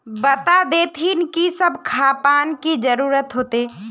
बता देतहिन की सब खापान की जरूरत होते?